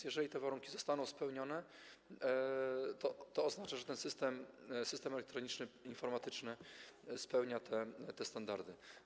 Jeżeli te warunki zostaną spełnione, to oznacza, że ten system elektroniczny, informatyczny spełnia te standardy.